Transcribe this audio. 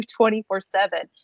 24-7